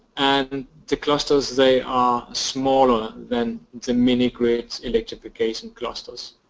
and the clusters they are smaller than the mini-grids electrification clusters.